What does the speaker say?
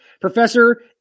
Professor